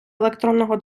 електронного